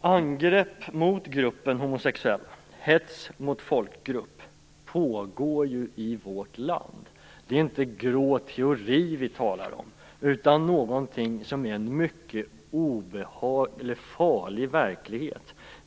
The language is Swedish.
Angrepp mot gruppen homosexuella - hets mot folkgrupp - pågår i vårt land. Det är inte grå teori vi talar om, utan en mycket obehaglig eller farlig verklighet.